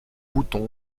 boutons